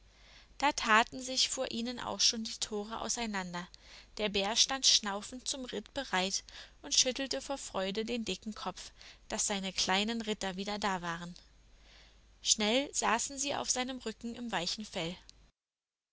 da taten sich vor ihnen auch schon die tore auseinander der bär stand schnaufend zum ritt bereit und schüttelte vor freude den dicken kopf daß seine kleinen reiter wieder da waren schnell saßen sie auf seinem rücken im weichen fell